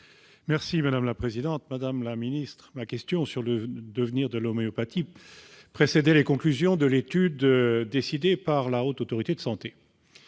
et de la santé. Madame la secrétaire d'État, ma question sur le devenir de l'homéopathie précédait les conclusions de l'étude décidée par la Haute Autorité de santé,